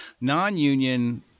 non-union